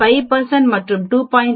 5 மற்றும் 2